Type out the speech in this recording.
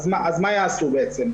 מה יעשו בעצם?